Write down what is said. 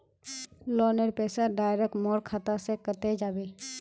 लोनेर पैसा डायरक मोर खाता से कते जाबे?